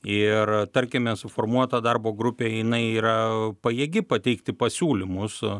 ir tarkime suformuota darbo grupė jinai yra pajėgi pateikti pasiūlymus